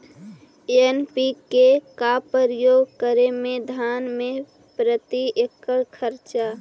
NPK का प्रयोग करे मे धान मे प्रती एकड़ खर्चा?